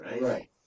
right